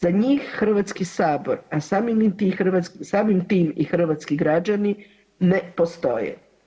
Za njih Hrvatski sabor, a samim tim i hrvatski građani ne postoje.